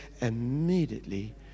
immediately